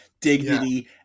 dignity